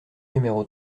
numéro